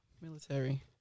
military